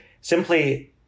simply